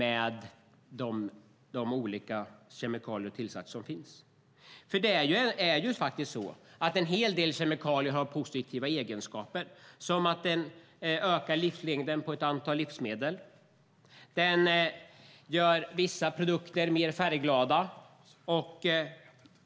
En hel del kemikalier har ju positiva egenskaper, till exempel som att öka livslängden på ett antal livsmedel och göra vissa produkter mer färgglada.